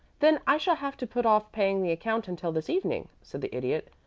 then i shall have to put off paying the account until this evening, said the idiot.